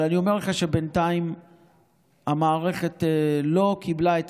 אני אומר לך שבינתיים המערכת לא קיבלה את